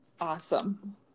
awesome